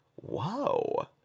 Wow